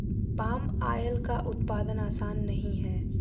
palm oil का उत्पादन आसान नहीं है